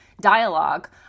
dialogue